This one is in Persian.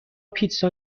پیتزا